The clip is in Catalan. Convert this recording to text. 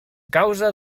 causa